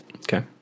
okay